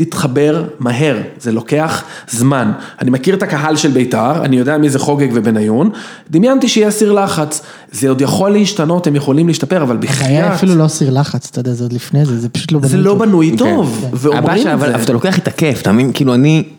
להתחבר מהר, זה לוקח זמן. אני מכיר את הקהל של ביתר, אני יודע מי זה חוגג ובניון, דמיינתי שיהיה סיר לחץ. זה עוד יכול להשתנות, הם יכולים להשתפר, אבל בחייאת... הבעיה היא אפילו לא הסיר לחץ, אתה יודע, זה עוד לפני זה, זה פשוט לא בנוי טוב. זה לא בנוי טוב. אבל אתה לוקח את הכיף, אתה מבין, כאילו אני...